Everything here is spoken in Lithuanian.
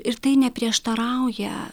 ir tai neprieštarauja